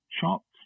shops